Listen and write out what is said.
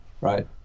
Right